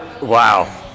Wow